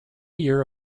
year